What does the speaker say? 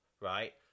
right